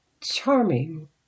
charming